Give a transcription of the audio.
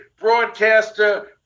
broadcaster